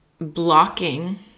blocking